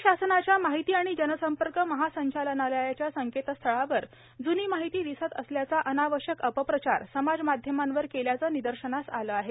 राज्य शासनाच्या माहिती आणि जनसंपर्क महासंचालनालयाच्या संकेतस्थळावर जुना डेटा दिसत असल्याचा अनावश्यक अपप्रचार समाज माध्यमांवर केल्याच निदर्शनास आल आहे